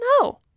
no